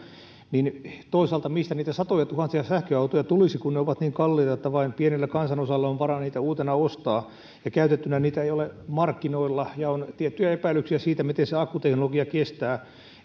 toisaalta mistä niitä satojatuhansia sähköautoja tulisi kun ne ovat niin kalliita että vain pienellä kansanosalla on varaa niitä uusina ostaa ja käytettyinä niitä ei ole markkinoilla on tiettyjä epäilyksiä siitä miten se akkuteknologia kestää